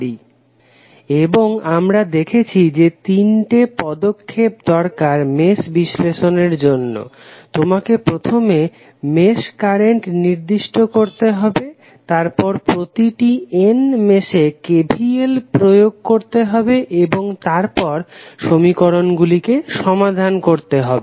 Refer Slide Time 0139 এবং আমরা দেখেছি যে তিনটি পদক্ষেপ দরকার মেশ বিশ্লেষণের জন্য তোমাকে প্রথমে মেশ কারেন্ট নির্দিষ্ট করতে হবে তারপর প্রতিটি n মেশে KVL প্রয়োগ করতে হবে এবং তারপর সমীকরণগুলিকে সমাধান করতে হবে